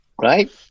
Right